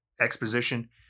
exposition